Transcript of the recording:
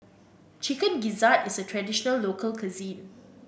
Chicken Gizzard is a traditional local cuisine